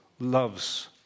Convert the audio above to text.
loves